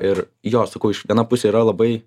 ir jo aš sakau iš viena pusė yra labai